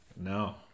No